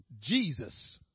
Jesus